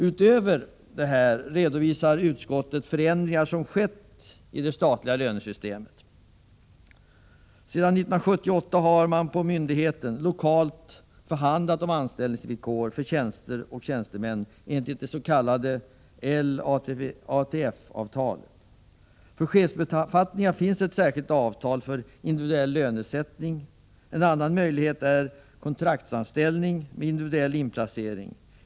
Utöver detta redovisar utskottet förändringar som har skett i det statliga lönesystemet. Sedan 1978 kan man på myndigheten lokalt förhandla om anställningsvillkor för tjänster och tjänstemän enligt dets.k. L-ATF-avtalet. För chefsbefattningar finns ett särskilt avtal för individuell lönesättning. En annan möjlighet är kontraktsanställning med individuell inplacering.